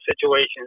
situations